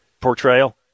portrayal